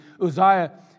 Uzziah